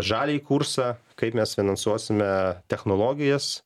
žaliąjį kursą kaip mes finansuosime technologijas